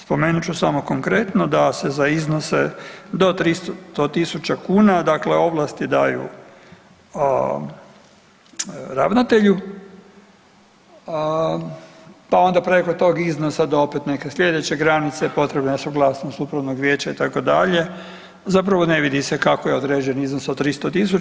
Spomenut ću samo konkretno da se za iznose do 300.000 kuna dakle ovlasti daju ravnatelju, pa onda preko tog iznosa do opet neke slijedeće granice potrebna je suglasnost upravnog vijeća itd., zapravo ne vidi se kako je određen iznos od 300.000.